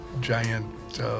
giant